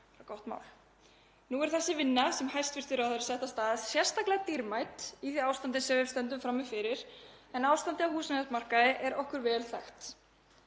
Nú er þessi vinna sem hæstv. ráðherra setti af stað sérstaklega dýrmæt í því ástandi sem við stöndum frammi fyrir en ástandið á húsnæðismarkaði þekkjum við vel.